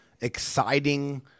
exciting